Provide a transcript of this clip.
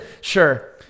Sure